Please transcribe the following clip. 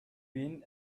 been